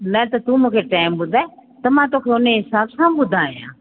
न त तू मूंखे टाइम ॿुधाए त मां तोखे उनजे हिसाब सां ॿुधायां